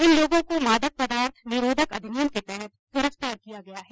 इन लोगों को मादक पदार्थ निरोधक अधिनियम के तहत गिरफ्तार किया गया है